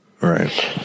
Right